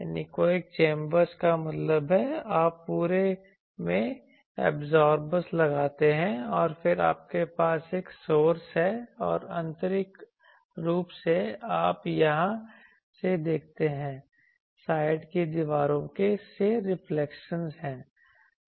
anechoic chambers का मतलब है आप पूरे में एब्जॉर्बरज़ लगाते हैं और फिर आपके पास एक सोर्स है और आंतरिक रूप से आप यहां से देखते हैं साइड की दीवारों से रिफ्लेक्शनज़ हैं